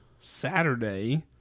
saturday